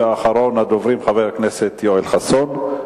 ואחרון הדוברים הוא חבר הכנסת יואל חסון.